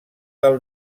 del